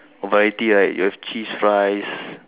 variety right your cheese fries